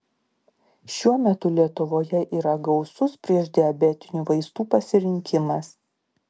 šiuo metu lietuvoje yra gausus priešdiabetinių vaistų pasirinkimas